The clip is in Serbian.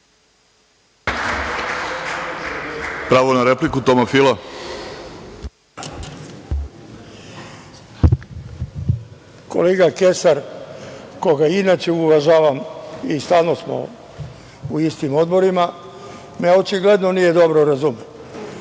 Pravo na repliku, Toma Fila. **Toma Fila** Kolega Kesar, koga inače uvažavam i stalno smo u istim odborima, me očigledno nije dobro razumeo.